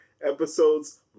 episodes